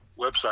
website